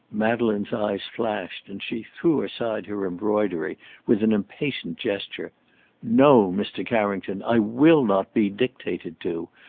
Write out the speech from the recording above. madeleine's eyes flashed, and she threw aside her embroidery with an impatient gesture no! mr. carrington! i will not be dictated to!